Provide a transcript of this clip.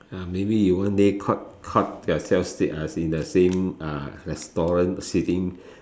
ah maybe you one day caught caught yourself sit as in the same uh restaurant sitting